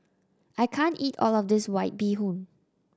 I can't eat all of this White Bee Hoon